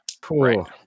Cool